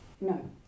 No